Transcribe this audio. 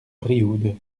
brioude